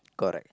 correct